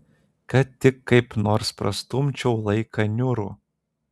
kad tik kaip nors prastumčiau laiką niūrų